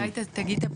אולי תגיד מה